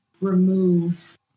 remove